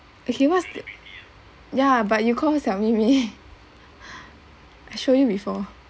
he was the ya but you call her xiao mi mi I show you before